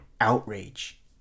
outrage